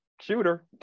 Shooter